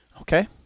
Okay